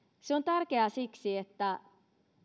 se on tärkeää siksi että